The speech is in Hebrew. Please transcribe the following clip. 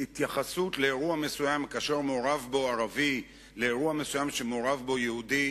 לאירוע מסוים כאשר מעורב בו ערבי ולאירוע מסוים שמעורב בו יהודי,